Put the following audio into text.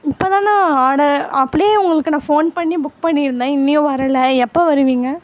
இப்போ தாண்ணா ஆடர் அப்போலே உங்களுக்கு நான் ஃபோன் பண்ணி புக் பண்ணிருந்தேன் இனியும் வரல எப்போ வருவீங்க